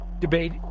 debate